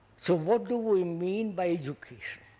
so what do we mean by education?